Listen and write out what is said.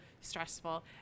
stressful